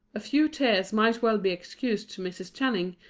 a few tears might well be excused to mrs. channing,